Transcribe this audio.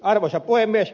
arvoisa puhemies